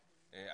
כן.